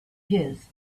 his